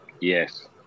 Yes